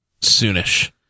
soonish